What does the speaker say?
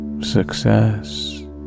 success